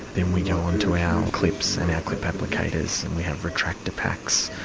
then we go on to our clips and our clip applicators and we have retractor packs,